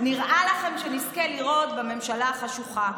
נראה לכם שנזכה לראות בממשלה החשוכה?